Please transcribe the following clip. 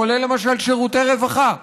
כולל למשל שירותי רווחה.